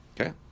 Okay